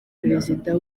perezida